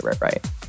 Right